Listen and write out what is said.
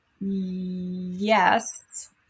Yes